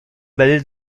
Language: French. ballet